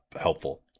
helpful